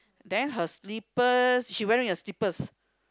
then her slippers she wearing a slippers